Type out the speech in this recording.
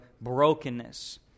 brokenness